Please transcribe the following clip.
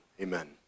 Amen